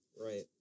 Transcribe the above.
Right